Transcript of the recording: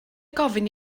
gofyn